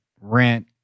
rent